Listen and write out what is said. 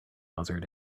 buzzard